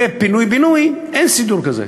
ופינוי-בינוי אין סידור כזה,